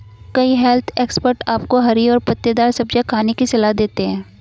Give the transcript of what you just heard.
कई health expert आपको हरी और पत्तेदार सब्जियां खाने की सलाह देते हैं